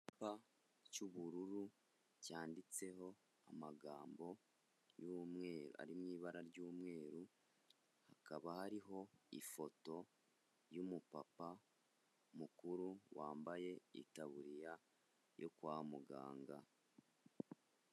Icyapa cy'ubururu cyanditseho amagambo ari mu ibara ry'umweru, hakaba hariho ifoto y'umupapa mukuru wambaye itaburiya yo kwa muganga.